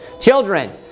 Children